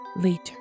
later